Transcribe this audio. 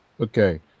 Okay